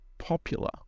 Popular